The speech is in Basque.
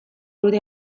dute